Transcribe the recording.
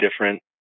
different